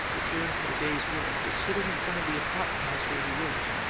returned from the day's work, was sitting in front of the apartment house where he lived,